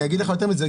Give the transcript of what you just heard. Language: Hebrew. אני אגיד לך יותר מזה.